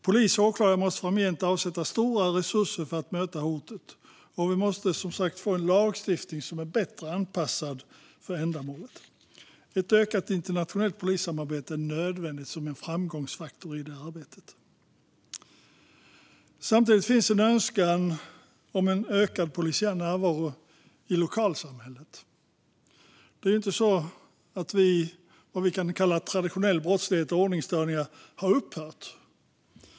Polis och åklagare måste framgent avsätta stora resurser för att möta hotet, och vi måste som sagt få en lagstiftning som är bättre anpassad för ändamålet. Ett ökat internationellt polissamarbete är nödvändigt som en framgångsfaktor i det arbetet. Samtidigt finns det en önskan om en ökad polisiär närvaro i lokalsamhället. Det är ju inte så att vad vi kan kalla traditionell brottslighet och ordningsstörningar har upphört.